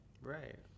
right